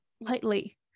lightly